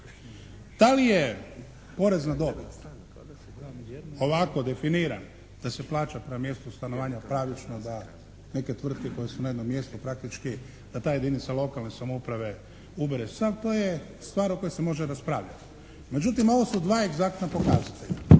Da li je porez na dobit ovako definiran da se plaća prema mjestu stanovanja pravična da neke tvrtke koje su na jednom mjestu i praktički da ta jedinica lokalne samouprave ubere sav to je stvar o kojoj se može raspravljati. Međutim, ovo su dva egzaktna pokazatelja,